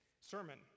sermon